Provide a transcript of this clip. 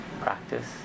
Practice